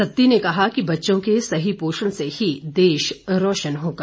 सत्ती ने कहा कि बच्चों के सही पोषण से ही देश रोशन होगा